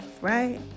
right